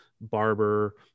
Barber